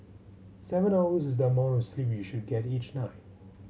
seven hours is the amount of sleep you should get each night